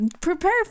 Prepare